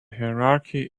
hierarchy